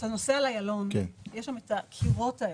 כשנוסעים על איילון יש שם קירות כאלה.